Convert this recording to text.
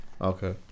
okay